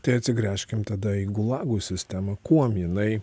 tai atsigręžkim tada į gulagų sistemą kuom jinai